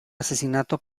asesinato